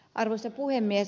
arvoisa puhemies